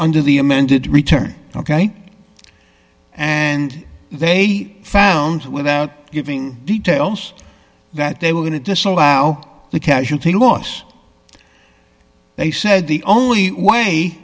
under the amended return ok and they found without giving details that they were going to disallow the casualty loss they said the only way